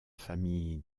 famille